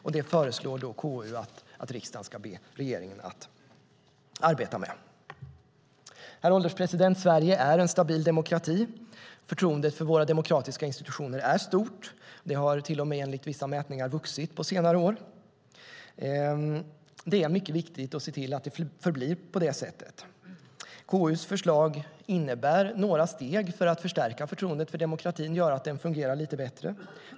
KU föreslår då att riksdagen ska be regeringen att arbeta med det. Herr ålderspresident! Sverige är en stabil demokrati. Förtroendet för våra demokratiska institutioner är stort. Det har till och med, enligt vissa mätningar, vuxit på senare år. Det är mycket viktigt att se till att det förblir på det sättet. KU:s förslag innebär några steg för att förstärka förtroendet för demokratin och göra att den fungerar lite bättre.